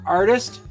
artist